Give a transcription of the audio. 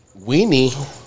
Weenie